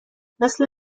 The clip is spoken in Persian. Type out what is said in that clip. مثل